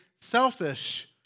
selfish